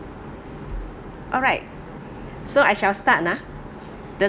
alright so I shall start ah the